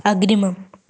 अग्रिमम्